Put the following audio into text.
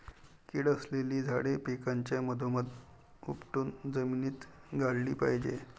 कीड असलेली झाडे पिकाच्या मधोमध उपटून जमिनीत गाडली पाहिजेत